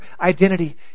identity